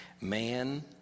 Man